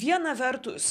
viena vertus